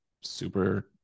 super